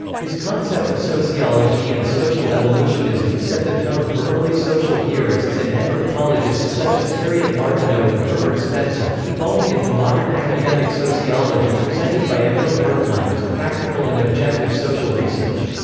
his concept of sociologie and social evolutionism set the tone for early social theorists and anthropologists such as harriet martineau and herbert spencer, evolving into modern academic sociology presented by emile durkheim as practical and objective social research.